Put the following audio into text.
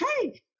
hey